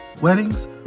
weddings